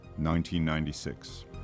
1996